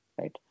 right